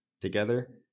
together